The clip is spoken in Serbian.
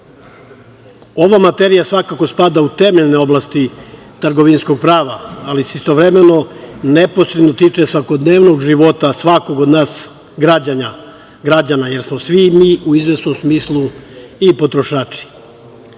za. Ova materija svakako spada u temeljne oblasti trgovinskog prava, ali se istovremeno neposredno tiče svakodnevnog života svakog od nas građanina, jer smo svi mi u izvesnom smislu i potrošači.